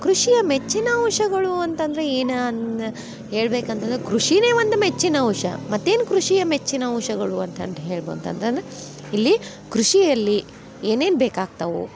ಕೃಷಿಯ ಮೆಚ್ಚಿನ ವಿಷಯಗಳು ಅಂತಂದರೆ ಏನು ಹೇಳ್ಬೇಕಂತಂದರೆ ಕೃಷಿನೇ ಒಂದು ಮೆಚ್ಚಿನ ವಿಷಯ ಮತ್ತೇನು ಕೃಷಿಯ ಮೆಚ್ಚಿನ ವಿಷಯಗಳು ಅಂತಂದು ಹೇಳ್ಬೌದು ಅಂತಂದ್ರೆ ಇಲ್ಲಿ ಕೃಷಿಯಲ್ಲಿ ಏನೇನು ಬೇಕಾಗ್ತಾವು